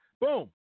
Boom